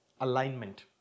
alignment